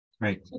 Right